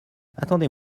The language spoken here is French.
attendez